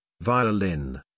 violin